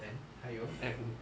and 还有